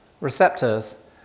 receptors